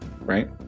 right